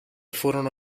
furono